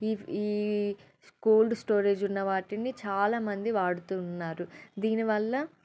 ఈ ఈ cold storage ఉన్న వాటిని చాలామంది వాడుతూ ఉన్నారు దీనివల్ల